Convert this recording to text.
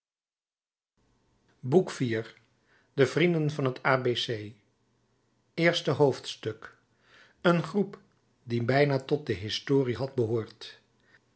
boek iv de vrienden van het a b c eerste hoofdstuk een groep die bijna tot de historie had behoord